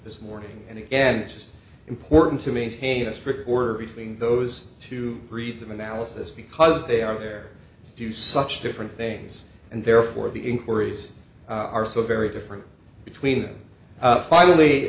this morning and again just important to maintain a strict were between those two breeds of analysis because they are there to do such different things and therefore the inquiries are so very different between finally